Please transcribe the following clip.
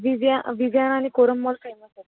Viviya Viviana आणि Korum mall famous आहेत